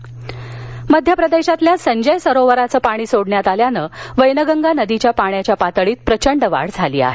पूर भंडारा मध्यप्रदेशातील संजय सरोवराचं पाणी सोडण्यात आल्यानं वैनगंगा नदीच्या पाण्याच्या पातळीत प्रचंड वाढ माली आहे